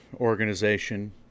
organization